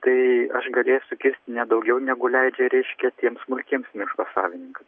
tai aš galėsiu kirsti ne daugiau negu leidžia reiškia tiems smulkiems miško savininkam